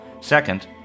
Second